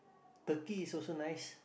Turkey is also nice